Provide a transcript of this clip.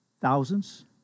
thousands